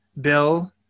Bill